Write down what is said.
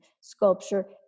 sculpture